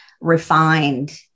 refined